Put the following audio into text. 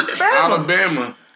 Alabama